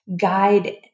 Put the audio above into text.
guide